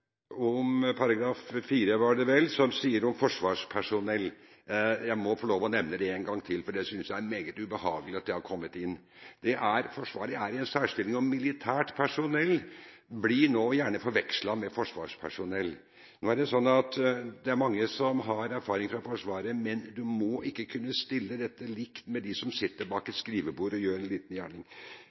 om § 4, var det vel, som sier noe om forsvarspersonell. Jeg må få lov å nevne det en gang til, for jeg synes det er meget ubehagelig at det har kommet inn. Forsvaret er i en særstilling, og militært personell blir nå gjerne forvekslet med forsvarspersonell. Det er mange som har erfaring fra Forsvaret, men man må ikke kunne stille dette likt med dem som sitter bak et skrivebord og gjør en liten gjerning.